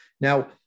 Now